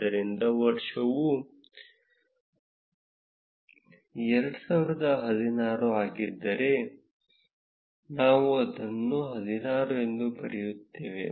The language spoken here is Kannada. ಆದ್ದರಿಂದ ವರ್ಷವು 2016 ಆಗಿದ್ದರೆ ನಾವು ಅದನ್ನು 16 ಎಂದು ಬರೆಯುತ್ತೇವೆ